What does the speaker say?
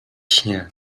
śnie